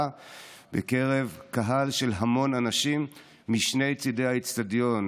בקרב קהל של המון אנשים משני צידי האצטדיון,